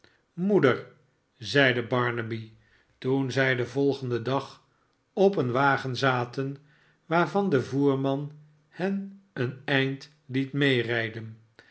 smoeder zeide barnaby toen zij den volgenden dag op een wagen zaten waarvan de voerman hen een eind liet